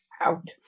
out